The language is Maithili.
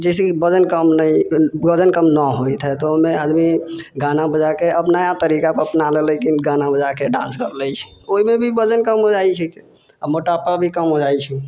जैसेकि वजन कम नहि होइत हइ तऽ ओहिमे आदमी गाना बजाके अब नया तरीका अपना लय जे गाना बजाके डांस करि लै छै ओहिमे भी वजन कम हो जाइत छै आ मोटापा भी कम हो जाइत छै